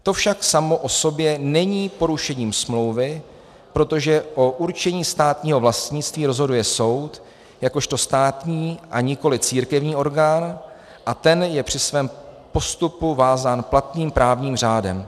To však samo o sobě není porušením smlouvy, protože o určení státního vlastnictví rozhoduje soud jakožto státní a nikoli církevní orgán a ten je při svém postupu vázán platným právním řádem.